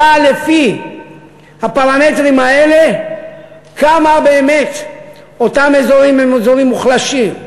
וידע לפי הפרמטרים האלה כמה באמת אותם אזורים הם אזורים מוחלשים.